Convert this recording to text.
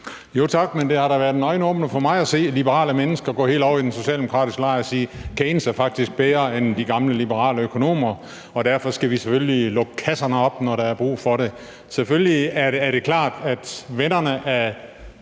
Tak. Det har da været en øjenåbner for mig at se, at liberale mennesker går helt over i den socialdemokratiske lejr og siger, at Keynes faktisk er bedre end de gamle liberale økonomer, og at vi derfor selvfølgelig skal lukke kasserne op, når der er brug for det. Det er klart, at vennerne i